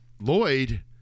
Lloyd